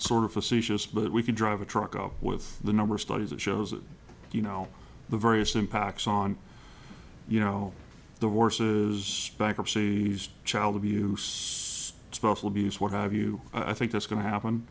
sort of facetious but we could drive a truck up with the number of stories that shows you know the various impacts on you know the worst is bankruptcy child abuse special abuse what have you i think that's going to happen